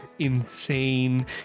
insane